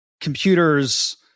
computers